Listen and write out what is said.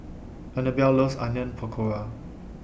Annabel loves Onion Pakora